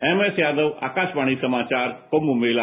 M S Yadav Akashvani समाचार कुम्म मेला